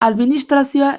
administrazioa